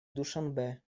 душанбе